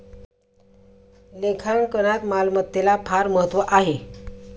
लेखांकनात मालमत्तेला फार महत्त्व आहे